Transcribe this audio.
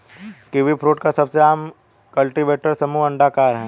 kiwifruit का सबसे आम कल्टीवेटर समूह अंडाकार है